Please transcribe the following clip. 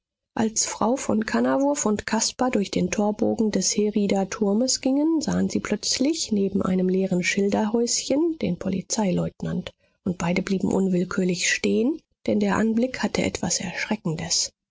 als frau von kannawurf und caspar durch den torbogen des herrieder turmes gingen sahen sie plötzlich neben einem leeren schilderhäuschen den polizeileutnant und beide blieben unwillkürlich stehen denn der anblick hatte etwas erschreckendes